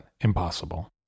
impossible